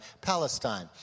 Palestine